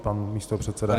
Pan místopředseda.